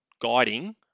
guiding